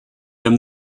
him